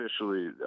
officially